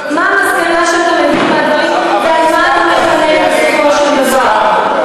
מה המסקנה שאתה מבין מהדברים ועל מה אתה מחנך בסופו של דבר.